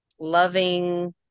loving